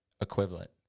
equivalent